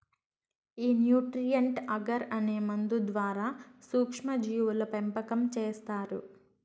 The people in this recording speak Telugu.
ఈ న్యూట్రీయంట్ అగర్ అనే మందు ద్వారా సూక్ష్మ జీవుల పెంపకం చేస్తారు